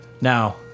Now